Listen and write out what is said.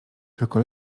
tylko